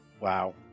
Wow